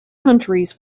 countries